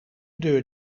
deur